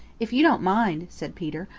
if you don't mind, said peter,